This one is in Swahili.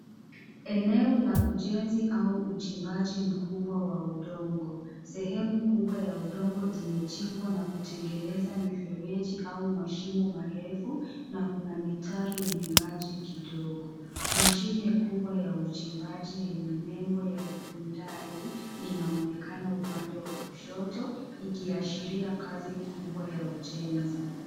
Eneo la ujenzi au uchimbaji mkubwa wa udongo. Sehemu kubwa ya udongo imechimbwa na kutengeneza mifereji au mashimo marefu na kuna mitaro yenye maji kidogo. Mashine kubwa ya uchimbaji yenye nembo ya Hyundai inaonekana upande wa kushoto ikiashiria kazi kubwa ya ujenzi.